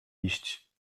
iść